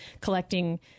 collecting